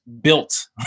built